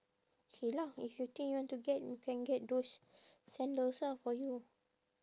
K lah if you think you want to get you can get those sandals ah for you